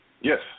Yes